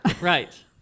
Right